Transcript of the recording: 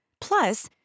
Plus